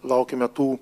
laukiame tų